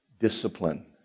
discipline